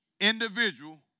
individual